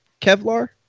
Kevlar